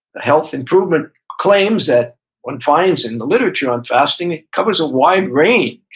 the health improvement claims that one finds in the literature on fasting covers a wide range,